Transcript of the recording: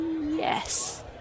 Yes